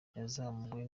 yazamuwe